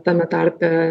tame tarpe